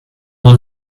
all